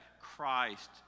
Christ